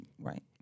Right